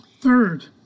Third